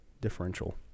differential